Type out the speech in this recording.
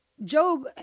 Job